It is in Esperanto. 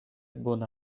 bona